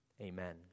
Amen